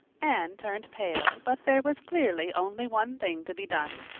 anne turned pale, but there was clearly only one thing to be done.